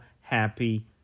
happy